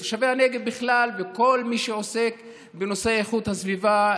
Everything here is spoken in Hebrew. תושבי הנגב בכלל וכל מי שעוסק בנושא איכות הסביבה,